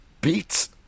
Beats